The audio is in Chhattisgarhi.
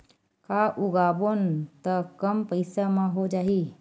का उगाबोन त कम पईसा म हो जाही?